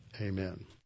amen